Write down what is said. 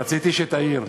רציתי שתעיר.